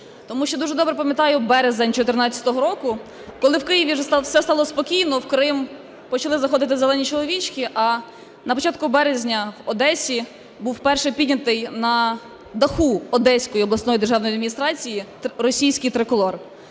Тому що дуже добре пам'ятаю березень 2014 року, коли в Києві все стало спокійно – в Крим почали заходити "зелені чоловічки", а на початку березня в Одесі був перший піднятий на даху Одеської обласної державної адміністрації російський триколор.